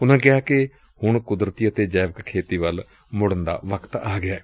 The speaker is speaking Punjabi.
ਉਨੂਾ ਕਿਹਾ ਕਿ ਹੁਣ ਕੁਦਰਤੀ ਅਤੇ ਜੈਵਿਕ ਖੇਤੀ ਵੱਲ ਮੁੜਨ ਦਾ ਵਕਤ ਆ ਗਿਐ